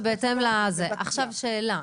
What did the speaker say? עכשיו, שאלה.